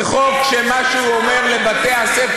זה חוק שמה שהוא אומר לבתי-הספר,